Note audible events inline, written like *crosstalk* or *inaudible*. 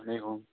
*unintelligible*